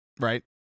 Right